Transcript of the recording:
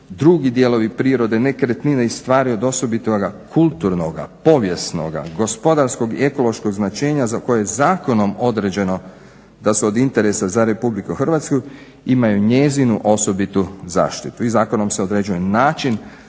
drugi dijelovi prirode, nekretnine i stvari od osobitoga kulturnoga, povijesnoga, gospodarskoga i ekološkog značenja za koje je zakonom određeno da su od interesa za RH imaju njezinu osobitu zaštitu